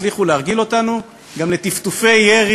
הצליחו להרגיל אותנו גם לטפטופי ירי